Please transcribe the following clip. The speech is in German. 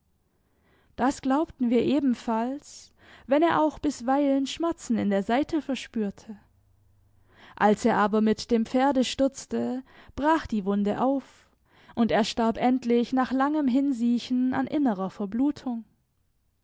das glaubten wir ebenfalls wenn er auch bisweilen schmerzen in der seite verspürte als er aber mit dem pferde stürzte brach die wunde auf und er starb endlich nach langem hinsiechen an innerer verblutung